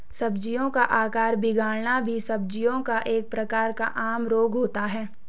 सब्जियों का आकार बिगड़ना भी सब्जियों का एक प्रकार का आम रोग होता है